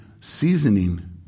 seasoning